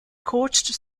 coached